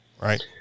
right